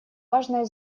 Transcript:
важное